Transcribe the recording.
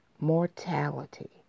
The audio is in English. mortality